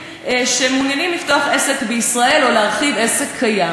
שמעוניינים לפתוח עסק בישראל או להרחיב עסק קיים,